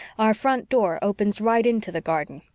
our front door opens right into the garden,